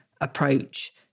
approach